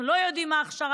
אנחנו לא יודעים מה הכשרתה,